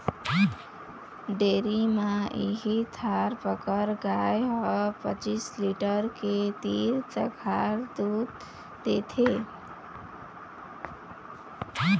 dairy म इहीं थारपकर गाय ह पचीस लीटर के तीर तखार दूद देथे